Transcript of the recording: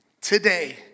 today